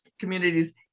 communities